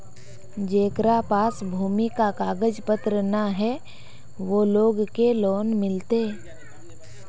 जेकरा पास भूमि का कागज पत्र न है वो लोग के लोन मिलते?